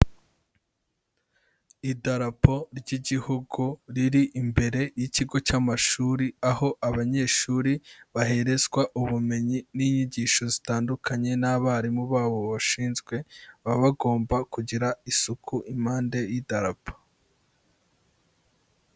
Idarapo ry'Igihugu riri imbere y'ikigo cy'amashuri, aho abanyeshuri baherezwa ubumenyi n'inyigisho zitandukanye n'abarimu babo babashinzwe baba bagomba kugira isuku impande y'idarapa.